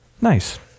Nice